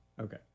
Okay